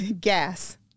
gas